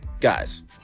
guys